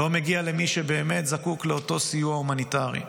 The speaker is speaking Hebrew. ולא מגיע למי שבאמת זקוק לאותו סיוע הומניטרי.